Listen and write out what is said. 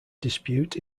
dispute